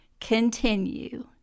continue